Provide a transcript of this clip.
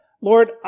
Lord